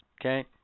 okay